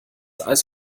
eis